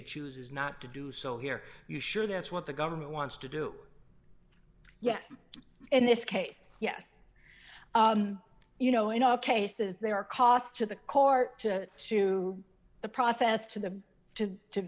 chooses not to do so here you sure that's what the government wants to do yet in this case yes you know in all cases there are costs to the court to to the process to the to to